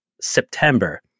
September